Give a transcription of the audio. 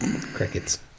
Crickets